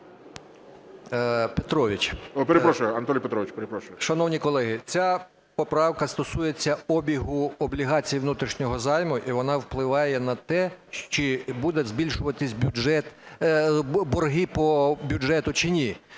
А.П. Шановні колеги, ця поправка стосується обігу облігацій внутрішнього займу, і вона впливає на те, чи буде збільшуватися бюджет… борги по бюджету чи ні;